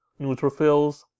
neutrophils